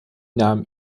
nahm